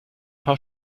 paar